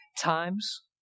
times